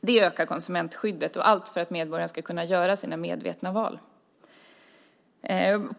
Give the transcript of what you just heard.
Det ökar konsumentskyddet - allt för att medborgaren ska kunna göra medvetna val.